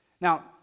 Now